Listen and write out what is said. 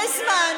בזמן,